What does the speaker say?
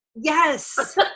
Yes